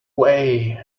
way